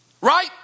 right